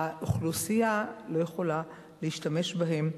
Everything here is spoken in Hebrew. האוכלוסייה לא יכולה להשתמש בהם.